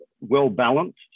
well-balanced